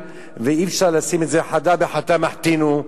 ואי-אפשר לשים את זה בחדא מחתא מחתינהו.